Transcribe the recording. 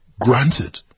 granted